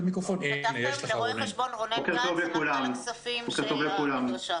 רו"ח רונן גנץ, מנכ"ל הכספים של המדרשה.